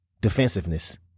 defensiveness